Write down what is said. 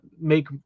make